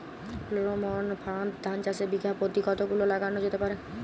Pheromone ফাঁদ ধান চাষে বিঘা পতি কতগুলো লাগানো যেতে পারে?